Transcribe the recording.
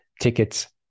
tickets